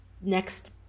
next